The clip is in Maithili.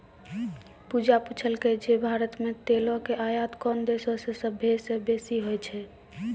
पूजा पुछलकै जे भारत मे तेलो के आयात कोन देशो से सभ्भे से बेसी होय छै?